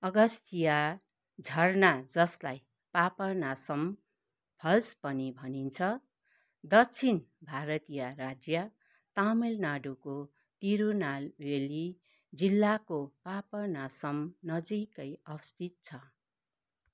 अगस्तिया झरना जसलाई पापनासम फल्स पनि भनिन्छ दक्षिण भारतीय राज्य तमिलनाडूको तिरुनालवेली जिल्लाको पापनासम नजिकै अवस्थित छ